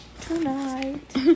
tonight